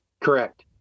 Correct